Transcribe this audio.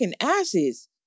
asses